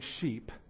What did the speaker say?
sheep